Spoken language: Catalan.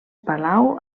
palau